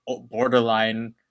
borderline